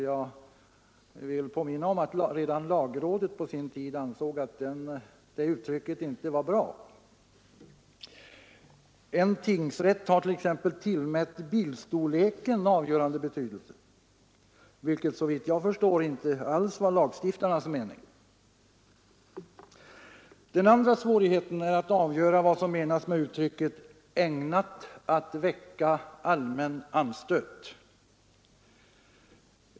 Jag vill påminna om att lagrådet redan vid sin granskning ansåg att det uttrycket inte var bra. En tingsrätt har t.ex. tillmätt bildstorleken avgörande betydelse, vilket såvitt jag förstår inte alls var lagstiftarnas mening. Den andra svårigheten är att avgöra vad som menas med uttrycket ”ägnat att väcka allmän anstöt”.